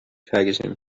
ferguson